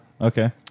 Okay